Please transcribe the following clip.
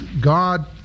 God